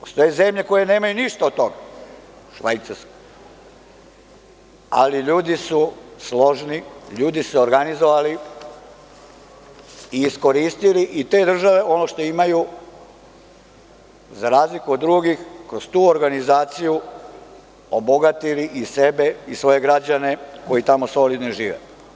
Postoje zemlje koje nemaju ništa od toga, Švajcarska, ali ljudi su složni, ljudi su se organizovali i iskoristili i te države ono što imaju, za razliku od drugih, kroz tu organizaciju obogatili i sebe i svoje građane koji tamo solidno žive.